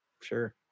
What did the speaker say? sure